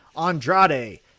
Andrade